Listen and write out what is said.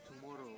Tomorrow